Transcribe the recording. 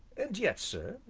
and yet, sir,